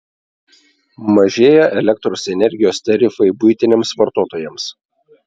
mažėja elektros energijos tarifai buitiniams vartotojams